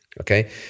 Okay